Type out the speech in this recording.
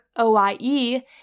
OIE